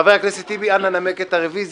חבר הכנסת טיבי, אנא, נמק את הרביזיה.